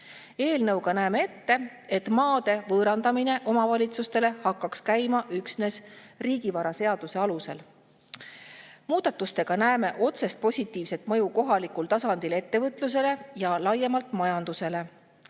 näeme ette, et maade võõrandamine omavalitsustele hakkaks käima üksnes riigivaraseaduse alusel. Muudatustega näeme otsest positiivset mõju kohalikul tasandil ettevõtlusele ja laiemalt majandusele.